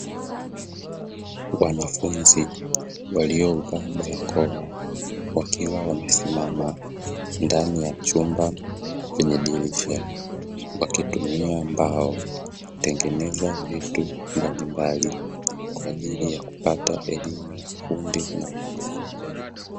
Wanafunzi walio vaa barakoa wakiwa wamesimama ndani ya chumba chenye dirisha, wakitumia mbao kutengeneza vitu mbalimbali kwa ajili ya kupata elimu ya ufundi na ujuzi.